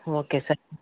okay sir